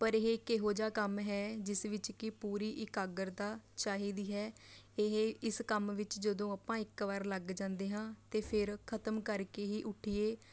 ਪਰ ਇਹ ਇੱਕ ਇਹੋ ਜਿਹਾ ਕੰਮ ਹੈ ਜਿਸ ਵਿੱਚ ਕਿ ਪੂਰੀ ਇਕਾਗਰਤਾ ਚਾਹੀਦੀ ਹੈ ਇਹ ਇਸ ਕੰਮ ਵਿੱਚ ਜਦੋਂ ਆਪਾਂ ਇੱਕ ਵਾਰ ਲੱਗ ਜਾਂਦੇ ਹਾਂ ਅਤੇ ਫਿਰ ਖ਼ਤਮ ਕਰਕੇ ਹੀ ਉੱਠੀਏ